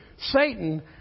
Satan